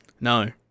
no